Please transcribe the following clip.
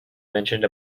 mentioned